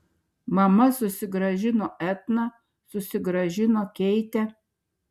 mama susigrąžino etną susigrąžino keitę